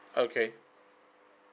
okay